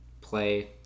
play